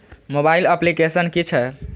Mobile application कि छै?